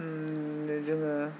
जोङो